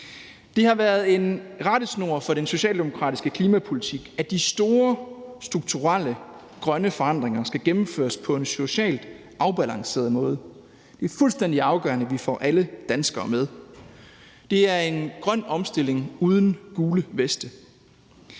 Det har været en rettesnor for den socialdemokratiske klimapolitik, at de store, strukturelle grønne forandringer skal gennemføres på en socialt afbalanceret måde. Det er fuldstændig afgørende, at vi får alle danskere med. Det er en grøn omstilling uden gule veste.